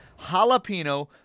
Jalapeno